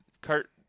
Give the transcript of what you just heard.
Kurt